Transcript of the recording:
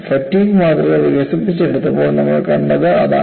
fatigue മാതൃക വികസിപ്പിച്ചെടുത്തപ്പോൾ നമ്മൾ കണ്ടത് അതാണ്